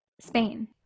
Spain